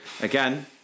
again